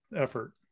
effort